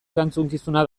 erantzukizuna